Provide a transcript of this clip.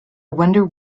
wonder